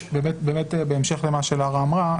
בהמשך למה שלרה אמרה,